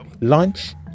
lunch